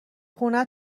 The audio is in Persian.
خونه